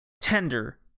tender